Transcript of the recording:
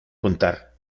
contar